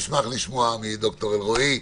אחרי שנשמע את ד"ר אלרעי,